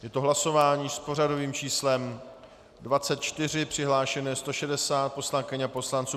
Je to hlasování s pořadovým číslem 24, přihlášeno je 160 poslankyň a poslanců.